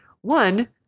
one